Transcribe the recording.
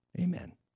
amen